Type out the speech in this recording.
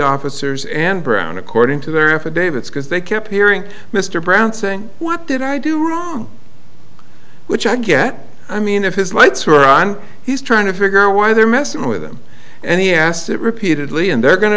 officers and brown according to their affidavits because they kept hearing mr brown saying what did i do wrong which i get i mean if his lights were on he's trying to figure out why they're messing with them and he asked it repeatedly and they're going to